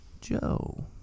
Joe